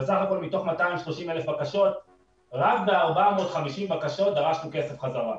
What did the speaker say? בסך הכול מתוך 230,000 בקשות רק ב-450 בקשות דרשנו כסף חזרה.